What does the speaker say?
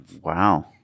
Wow